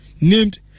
named